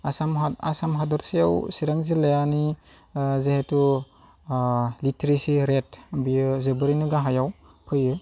आसाम आसाम हादरसायाव चिरां जिल्लानि जिहेथु लिटरेसि रेट बियो जोबोरैनो गाहायाव फैयो